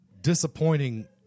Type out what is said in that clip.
disappointing